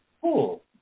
Cool